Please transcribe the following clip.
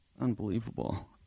Unbelievable